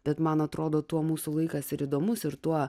bet man atrodo tuo mūsų laikas ir įdomus ir tuo